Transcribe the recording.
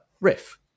Riff